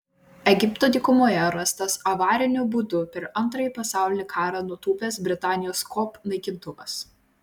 egipto dykumoje rastas avariniu būdu per antrąjį pasaulinį karą nutūpęs britanijos kop naikintuvas